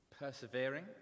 Persevering